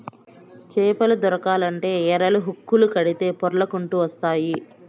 చేపలు దొరకాలంటే ఎరలు, హుక్కులు కడితే పొర్లకంటూ వస్తాయి